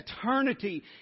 eternity